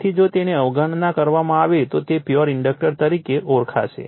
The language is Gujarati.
તેથી જો તેની અવગણના કરવામાં આવે તો તે પ્યોર ઇન્ડક્ટર તરીકે ઓળખાશે